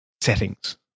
settings